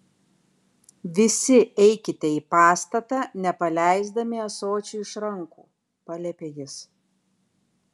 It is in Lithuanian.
visi eikite į pastatą nepaleisdami ąsočių iš rankų paliepė jis